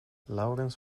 laurens